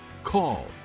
call